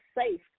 safe